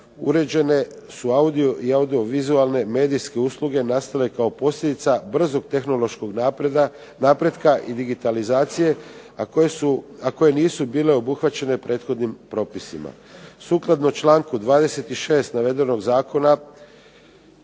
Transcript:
uređene su audio i audiovizualne medijske usluge nastale kao posljedica brzog tehnološkog napretka i digitalizacije, a koje nisu bile obuhvaćene prethodnim propisima. Sukladno članku 26. navedenog zakona